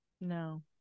No